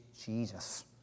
Jesus